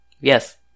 Yes